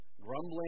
Grumbling